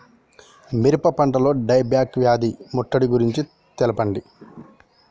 మిరప పంటలో die back వ్యాధి ముట్టడి గురించి తెల్పండి?